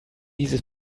dieses